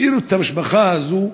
השאירו את המשפחה הזאת